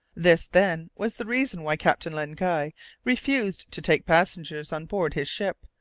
this, then, was the reason why captain len guy refused to take passengers on board his ship,